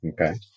Okay